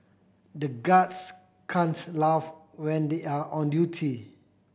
the guards can't laugh when they are on duty